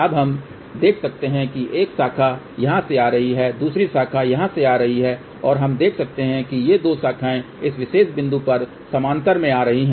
अब हम देख सकते हैं कि एक शाखा यहां से आ रही है दूसरी शाखा यहां से आ रही है और हम देख सकते हैं कि ये 2 शाखाएं इस विशेष बिंदु पर समानांतर में आ रही हैं